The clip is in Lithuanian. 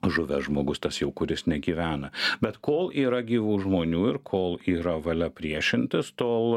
žuvęs žmogus tas jau kuris negyvena bet kol yra gyvų žmonių ir kol yra valia priešintis tol